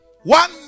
One